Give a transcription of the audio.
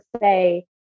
say